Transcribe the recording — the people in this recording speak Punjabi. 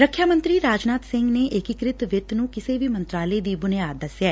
ਰੱਖਿਆ ਮੰਤਰੀ ਰਾਜਨਾਥ ਸਿੰਘ ਨੇ ਏਕੀਕੁਤ ਵਿੱਤ ਨੂੰ ਕਿਸੇ ਵੀ ਮੰਤਰਾਲੇ ਦੀ ਬੁਨਿਆਦ ਦੱਸਿਐ